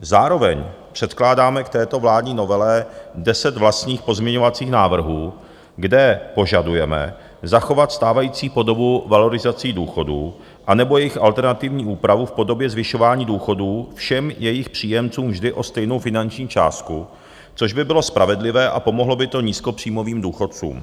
Zároveň předkládáme k této vládní novele deset vlastních pozměňovacích návrhů, kde požadujeme zachovat stávající podobu valorizací důchodů anebo jejich alternativní úpravu v podobě zvyšování důchodů všem jejich příjemcům vždy o stejnou finanční částku, což by bylo spravedlivé a pomohlo by to nízkopříjmovým důchodcům.